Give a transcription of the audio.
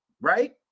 right